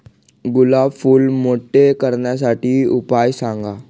गुलाब फूल मोठे करण्यासाठी उपाय सांगा?